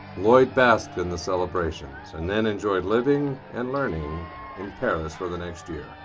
lloyd basked in the celebrations and then enjoyed living and learning in paris for the next year.